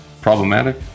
problematic